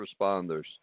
responders